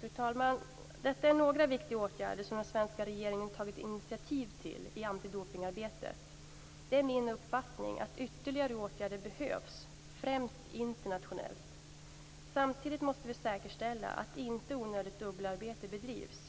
Fru talman! Detta är några viktiga åtgärder som den svenska regeringen tagit initiativ till i antidopningsarbetet. Det är min uppfattning att ytterligare åtgärder behövs främst internationellt. Samtidigt måste vi säkerställa att inte onödigt dubbelarbete bedrivs.